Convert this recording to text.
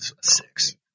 six